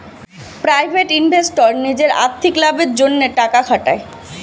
private investor নিজের আর্থিক লাভের জন্যে টাকা খাটায়